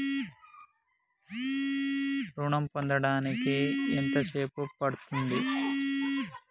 ఋణం పొందడానికి ఎంత సేపు పడ్తుంది?